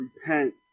repent